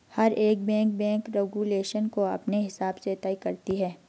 हर एक bank bank regulation को अपने हिसाब से तय करती है